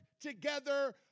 together